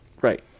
Right